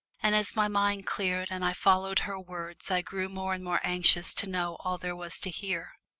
and as my mind cleared and i followed her words i grew more and more anxious to know all there was to hear.